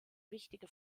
wichtige